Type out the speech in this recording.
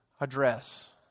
address